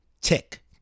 Tick